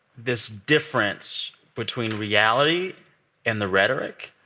this difference between reality and the rhetoric.